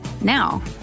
Now